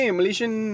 Malaysian